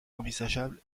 envisageable